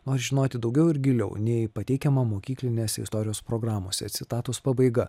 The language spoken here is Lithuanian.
nori žinoti daugiau ir giliau nei pateikiama mokyklinės istorijos programose citatos pabaiga